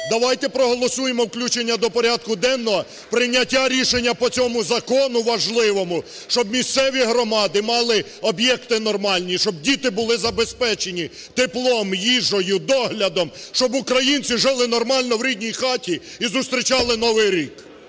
Давайте проголосуємо включення до порядку денного, прийняття рішення по цьому закону важливому, щоб місцеві громади мали об'єкти нормальні, щоб діти були забезпечені теплом, їжею, доглядом. Щоб українці жили нормально в рідній хаті і зустрічали Новий рік.